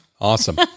Awesome